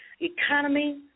economy